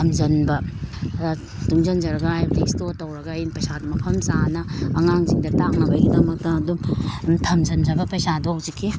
ꯊꯝꯖꯟꯕ ꯈꯔ ꯇꯨꯡꯖꯟꯖꯔꯒ ꯍꯥꯏꯕꯗꯤ ꯁ꯭ꯇꯣꯔ ꯇꯧꯔꯒ ꯑꯩꯅ ꯄꯩꯁꯥꯗꯨ ꯃꯐꯝ ꯆꯥꯅ ꯑꯉꯥꯡꯁꯤꯡꯗ ꯇꯥꯛꯅꯕꯩꯗꯃꯛꯇ ꯑꯗꯨꯝ ꯊꯝꯖꯟꯖꯕ ꯄꯩꯁꯥꯗꯣ ꯍꯧꯖꯤꯛꯀꯤ